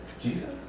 Jesus